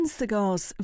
cigars